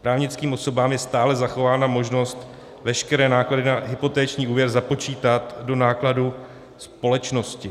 Právnickým osobám je stále zachována možnost veškeré náklady na hypoteční úvěr započítat do nákladů společnosti.